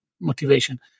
motivation